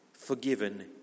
forgiven